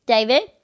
David